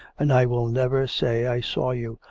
and i will never say i saw you,